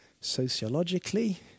sociologically